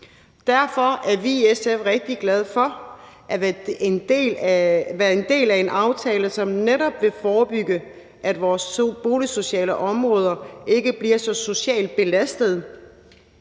Derfor er vi i SF rigtig glade for at være en del af en aftale, som netop vil forebygge, at vores boligsociale områder bliver så socialt belastet,